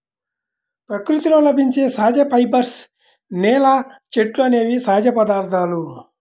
ప్రకృతిలో లభించే సహజ ఫైబర్స్, నేల, చెట్లు అనేవి సహజ పదార్థాలు